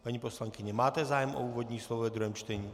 Paní poslankyně, máte zájem o úvodní slovo ve druhém čtení?